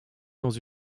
dans